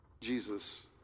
Jesus